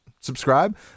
Subscribe